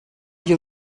you